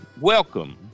Welcome